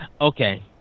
okay